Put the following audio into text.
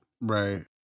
Right